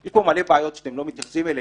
יש פה מלא בעיות בחוק שאתם לא מתייחסים אליהן,